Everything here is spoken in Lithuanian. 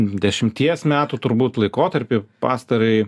dešimties metų turbūt laikotarpį pastarąjį